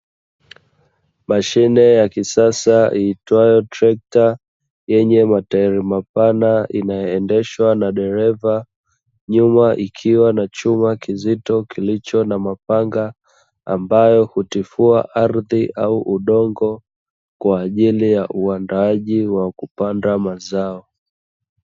Mashine ya kisasa iitwayo trekta, yenye matairi mapana inayoendeshwa na dereva. Nyuma ikiwa na chuma kizito kilicho na mapanga, ambayo hutifua ardhi au udongo kwa ajili ya uandaaji wa kupanda mazao.